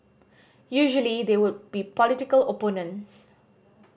usually they would be political opponents